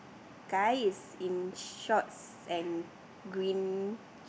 guy is in shorts and green